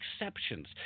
exceptions